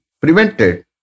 prevented